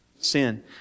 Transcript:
Sin